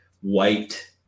white